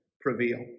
prevail